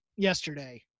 Yesterday